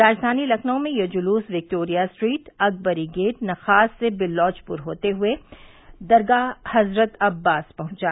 राजधानी लखनऊ में यह जुलूस Victoria street Akbari gate Nakhas से विल्लौचपुरा होते हुए दरगाह हजरत अब्बास पहुँचा